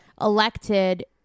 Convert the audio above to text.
elected